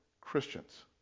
Christians